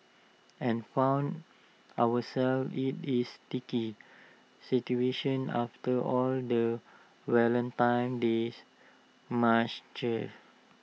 and found ourselves IT is sticky situation after all the Valentine's days munchies